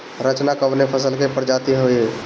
रचना कवने फसल के प्रजाति हयुए?